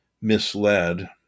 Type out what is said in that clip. misled